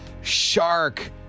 shark